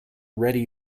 ready